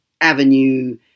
avenue